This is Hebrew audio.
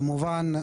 כמובן,